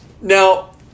now